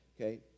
okay